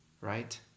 right